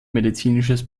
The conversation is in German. medizinisches